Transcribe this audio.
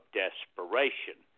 desperation